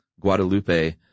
Guadalupe